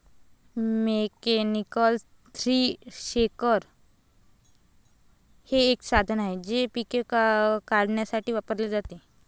mechanical tree shaker हे एक साधन आहे जे पिके काढण्यासाठी वापरले जाते